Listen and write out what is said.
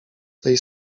tej